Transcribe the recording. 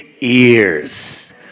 ears